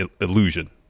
illusion